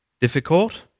difficult